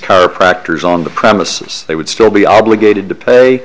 proctors on the premises they would still be obligated to pay